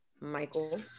michael